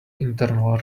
internal